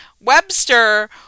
webster